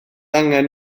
angen